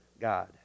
God